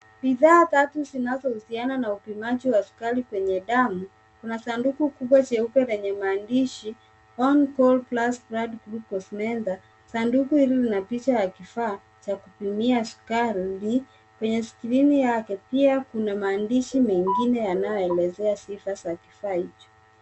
Bidhaa tatu zinazohusiana na upimaji wa sukari kwenye damu. Kuna sanduku kubwa jeupe lenye maandishi [sc]on call plus blood group course mentha .Sanduku hili lina picha ya kifaa cha kupimia sukari kwenye skrini yake pia kuna maandishi mengine yanayoelezea sifa za kifaa hicho.